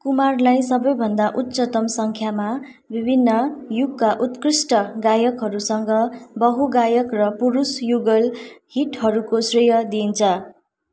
कुमारलाई सबैभन्दा उच्चतम सङ्ख्यामा विभिन्न युगका उत्कृष्ट गायकहरूसँग बहुगायक र पुरुष युगल हिटहरूको श्रेय दिइन्छ